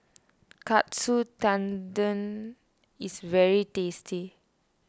Katsu Tendon is very tasty